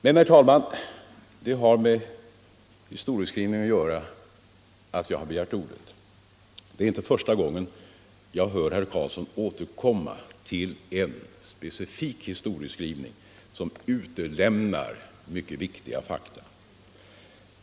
Det har, herr talman, med historieskrivningen att göra att jag har begärt ordet. Det är inte första gången jag hör herr Carlsson återkomma till en specifik historieskrivning, som utelämnar mycket viktiga fakta.